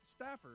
staffers